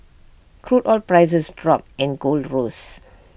crude oil prices dropped and gold rose